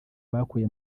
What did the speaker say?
bakuye